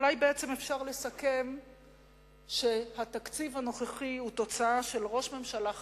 אולי בעצם אפשר לסכם ולומר שהתקציב הנוכחי הוא תוצאה של ראש ממשלה חלש,